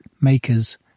makers